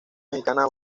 mexicana